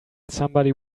somebody